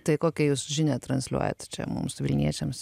tai kokią jūs žinią transliuojat čia mums vilniečiams